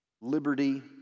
liberty